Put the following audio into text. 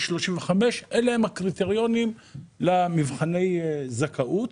35. אלה הם הקריטריונים למבחני זכאות,